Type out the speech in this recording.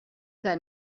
que